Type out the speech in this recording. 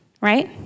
right